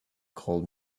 cold